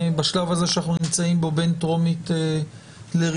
בשלב הזה שאנחנו נמצאים בו בין טרומית לראשונה,